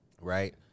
right